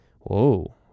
whoa